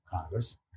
Congress